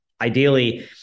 ideally